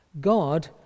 God